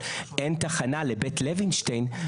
אבל אין תחנה לבית לוינשטיין כדוגמה,